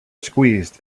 squeezed